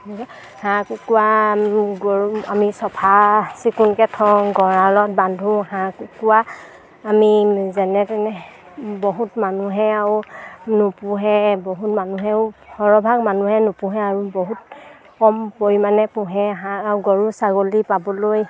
হাঁহ কুকুৰা গৰু আমি চফা চিকুণকে থওঁ গঁড়ালত বান্ধো হাঁহ কুকুৰা আমি যেনে তেনে বহুত মানুহে আৰু নুপুহে বহুত মানুহেও সৰহভাগ মানুহে নুপুহে আৰু বহুত কম পৰিমাণে পোহে হাঁহ গৰু ছাগলী পাবলৈ